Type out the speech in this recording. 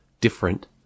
different